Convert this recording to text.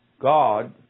God